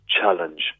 challenge